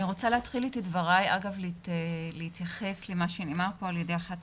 אני רוצה להתייחס למה שנאמר פה על-ידי אחת